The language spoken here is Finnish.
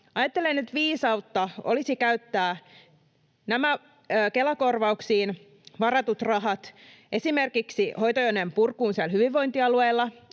Ajattelen, että nyt viisautta olisi käyttää nämä Kela-korvauksiin varatut rahat esimerkiksi hoitojonojen purkuun siellä hyvinvointialueilla,